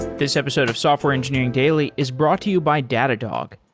this episode of software engineering daily is brought to you by datadog,